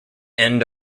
end